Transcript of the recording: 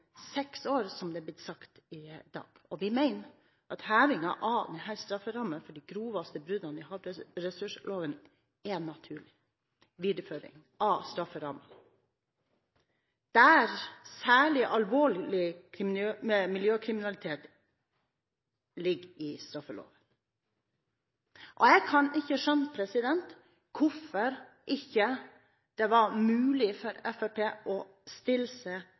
seks år i straffeloven, som det er blitt sagt i dag. Vi mener at hevingen av denne strafferammen for de groveste bruddene på havressursloven er en naturlig videreføring av strafferammene, der særlig alvorlig miljøkriminalitet ligger i straffeloven. Jeg kan ikke skjønne hvorfor det ikke var mulig for Fremskrittspartiet å stille seg